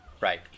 Right